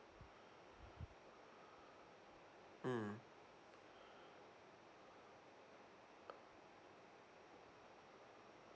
mm